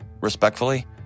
respectfully